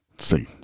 see